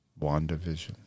WandaVision